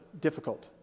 difficult